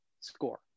score